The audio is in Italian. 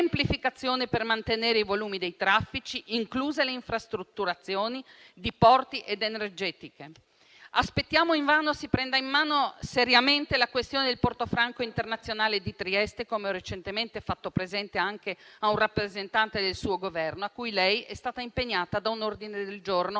per mantenere i volumi dei traffici, incluse le infrastrutturazioni di porti ed energetiche. Aspettiamo invano si prenda in mano seriamente la questione del porto franco internazionale di Trieste, come ho recentemente fatto presente a un rappresentante del suo Governo, a cui lei è stata impegnata da un ordine del giorno